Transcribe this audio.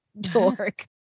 dork